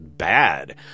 bad